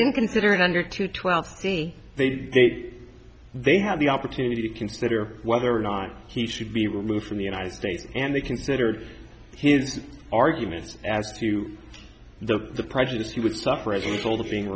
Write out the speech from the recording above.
didn't consider it under two twelve a date they have the opportunity to consider whether or not he should be removed from the united states and they considered his argument as to the the prejudice he would suffer as a result of being